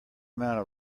amount